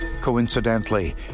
Coincidentally